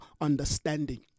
understanding